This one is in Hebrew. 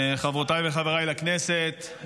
חברותיי וחבריי לכנסת,